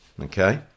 Okay